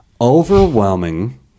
Overwhelming